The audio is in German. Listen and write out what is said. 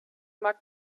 mag